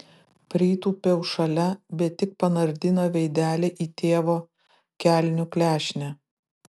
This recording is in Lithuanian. pritūpiau šalia bet tik panardino veidelį į tėvo kelnių klešnę